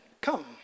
come